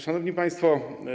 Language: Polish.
Szanowni Państwo!